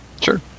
Sure